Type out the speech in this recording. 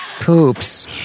Poops